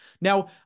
Now